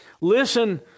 Listen